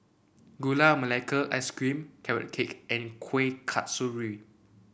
Gula Melaka Ice Cream Carrot Cake and Kueh Kasturi